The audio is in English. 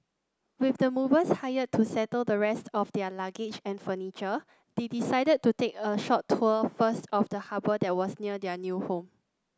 with the movers hired to settle the rest of their luggage and furniture they decided to take a short tour first of the harbour that was near their new home